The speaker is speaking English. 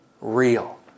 real